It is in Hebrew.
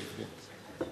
טסה, טסה.